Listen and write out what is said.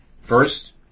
First